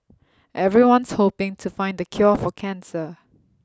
everyone's hoping to find the cure for cancer